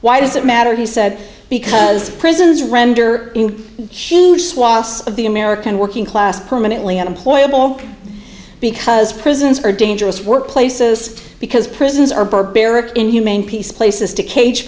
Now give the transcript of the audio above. why does it matter he said because prisons render shoed swaths of the american working class permanently unemployable because prisons are dangerous work places because prisons are barbaric inhumane piece places to cage